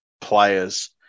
players